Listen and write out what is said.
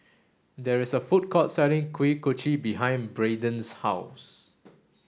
there is a food court selling Kuih Kochi behind Braiden's house